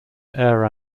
air